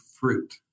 fruit